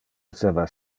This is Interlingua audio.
esseva